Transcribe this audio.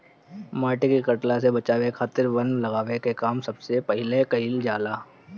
माटी के कटला से बचावे खातिर वन लगावे के काम सबसे पहिले कईल जाला